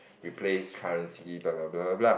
replace currency blah blah blah blah blah